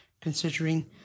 Considering